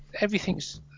everything's